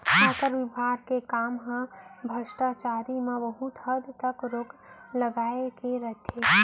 आयकर विभाग के काम हर भस्टाचारी म बहुत हद तक रोक लगाए के रइथे